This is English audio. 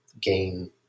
gain